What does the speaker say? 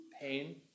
pain